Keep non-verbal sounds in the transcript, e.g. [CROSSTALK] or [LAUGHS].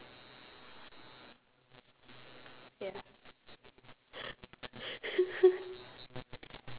ya [LAUGHS]